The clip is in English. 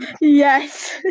Yes